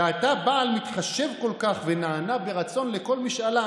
ואתה בעל מתחשב כל כך ונענה ברצון לכל משאלה,